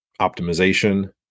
optimization